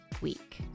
week